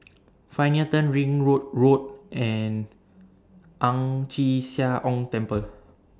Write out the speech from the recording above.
Pioneer Turn Ringwood Road and Ang Chee Sia Ong Temple